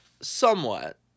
somewhat